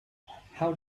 how